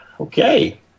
Okay